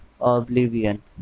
oblivion